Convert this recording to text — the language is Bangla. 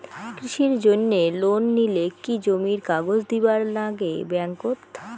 কৃষির জন্যে লোন নিলে কি জমির কাগজ দিবার নাগে ব্যাংক ওত?